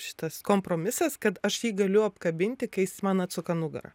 šitas kompromisas kad aš jį galiu apkabinti kai jis man atsuka nugarą